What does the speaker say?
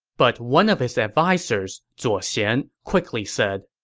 but one of his advisers, zuo xian, quickly said,